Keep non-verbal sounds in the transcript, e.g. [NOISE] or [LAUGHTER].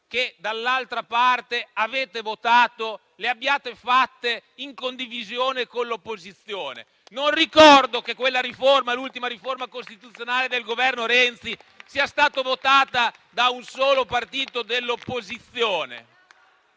che dall'altra parte avete votato, le abbiate fatte in condivisione con l'opposizione. [APPLAUSE] Non ricordo che quella riforma, l'ultima riforma costituzionale del Governo Renzi, sia stata votata da un solo partito dell'opposizione.